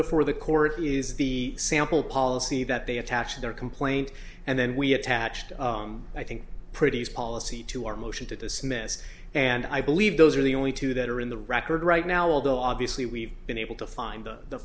before the court is the sample policy that they attach to their complaint and then we attached i think pretty as policy to our motion to dismiss and i believe those are the only two that are in the record right now although obviously we've been able to find the